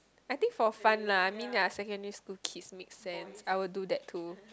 I think for fun lah I mean they are secondary school kids make sense I will do that too